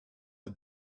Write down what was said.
the